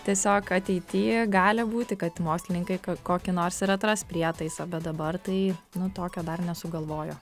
tiesiog ateity gali būti kad mokslininkai kokį nors ir atras prietaisą bet dabar tai nu tokio dar nesugalvojo